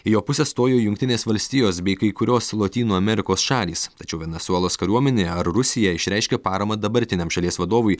į jo pusę stojo jungtinės valstijos bei kai kurios lotynų amerikos šalys tačiau venesuelos kariuomenė ar rusija išreiškė paramą dabartiniam šalies vadovui